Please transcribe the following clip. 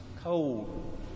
cold